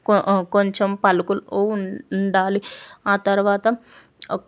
కొం కొంచెం పలుకులుగా ఉండ ఉండాలి ఆ తర్వాత